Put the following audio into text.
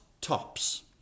tops